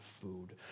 food